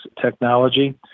technology